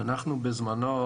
בזמנו,